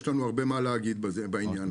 יש לנו הרבה מה להגיד בעניין הזה.